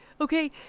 Okay